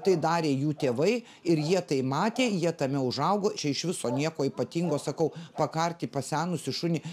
tai darė jų tėvai ir jie tai matė jie tame užaugo čia iš viso nieko ypatingo sakau pakarti pasenusį šunį